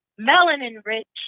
melanin-rich